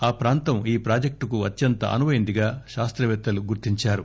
ఆ ప్రాంతం ఈ ప్రాజెక్టుకు అత్యంత అనుపైందిగా శాస్తపేత్తలు గుర్తించారు